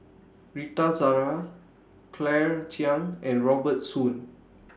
Rita Zahara Claire Chiang and Robert Soon